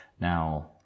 Now